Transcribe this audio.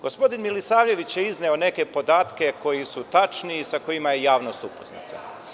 Gospodin Milisavljević je izneo neke podatke koji su tačni i sa kojima je javnost upoznata.